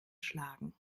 schlagen